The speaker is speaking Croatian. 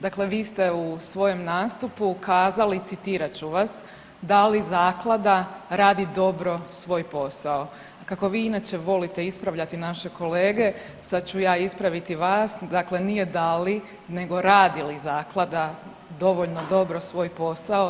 Dakle, vi ste u svojem nastupu ukazali citirat ću vas „Da li zaklada radi dobro svoj posao“, kako vi inače volite ispravljati naše kolege sad ću ja ispraviti vas, dakle ni je da li nego radi li zaklada dovoljno dobro svoj posao.